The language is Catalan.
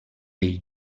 bell